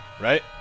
right